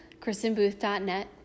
KristenBooth.net